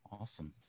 Awesome